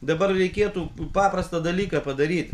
dabar reikėtų paprastą dalyką padaryt